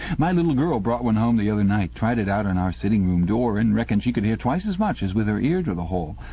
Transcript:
my little girl brought one home the other night tried it out on our sitting-room door, and reckoned she could hear twice as much as with her ear to the hole.